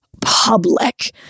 public